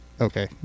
okay